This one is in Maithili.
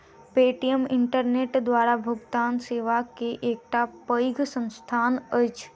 पे.टी.एम इंटरनेट द्वारा भुगतान सेवा के एकटा पैघ संस्थान अछि